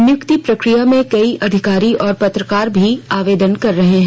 नियुक्ति प्रकिया में कई अधिकारी और पत्रकार भी आवेदन कर रहे हैं